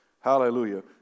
hallelujah